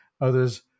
others